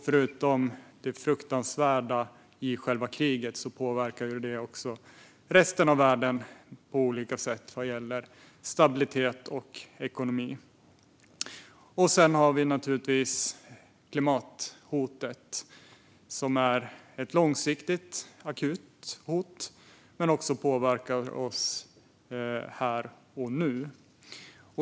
Förutom det fruktansvärda i själva kriget påverkar det också resten av världen på olika sätt vad gäller stabilitet och ekonomi. Sedan har vi naturligtvis klimathotet, som är ett långsiktigt akut hot men som också påverkar oss här och nu.